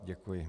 Děkuji.